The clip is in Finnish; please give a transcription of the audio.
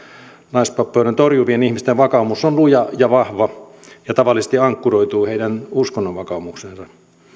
naispappeuden torjuvien ihmisten vakaumus on luja ja vahva ja tavallisesti ankkuroituu heidän uskonnonvakaumukseensa